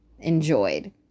enjoyed